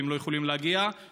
שהם לא יכולים להגיע,